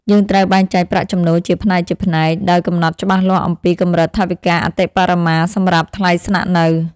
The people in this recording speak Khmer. យើងត្រូវបែងចែកប្រាក់ចំណូលជាផ្នែកៗ ដោយកំណត់ច្បាស់លាស់អំពីកម្រិតថវិកាអតិបរមាសម្រាប់ថ្លៃស្នាក់នៅ។